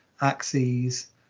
axes